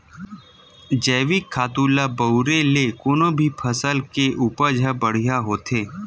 जइविक खातू ल बउरे ले कोनो भी फसल के उपज ह बड़िहा होथे